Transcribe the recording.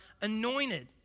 anointed